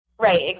Right